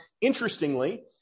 Interestingly